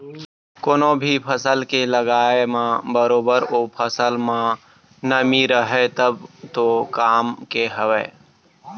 कोनो भी फसल के लगाय म बरोबर ओ फसल म नमी रहय तब तो काम के हवय